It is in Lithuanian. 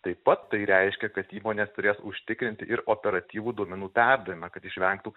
taip pat tai reiškia kad įmonės turės užtikrinti ir operatyvų duomenų perdavimą kad išvengtų